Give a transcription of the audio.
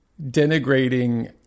denigrating